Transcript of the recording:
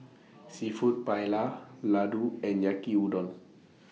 Seafood Paella Ladoo and Yaki Udon